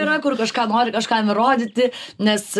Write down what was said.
yra kur kažką nori kažkam įrodyti nes